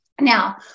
Now